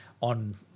on